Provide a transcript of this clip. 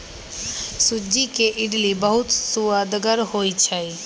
सूज्ज़ी के इडली बहुत सुअदगर होइ छइ